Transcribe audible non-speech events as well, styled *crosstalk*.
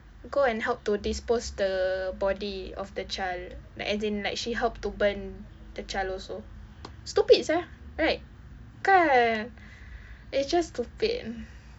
go and help to dispose the body of the child like as in like she helped to burn the child also stupid [sial] right kan it's just stupid *noise*